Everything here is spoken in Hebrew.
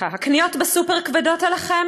הקניות בסופר כבדות עליכם?